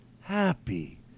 Happy